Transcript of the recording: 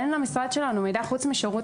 אין למשרד שלנו מידע חוץ משירות